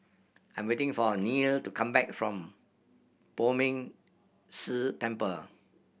I am waiting for Neal to come back from Poh Ming Tse Temple